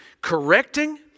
correcting